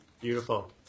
Beautiful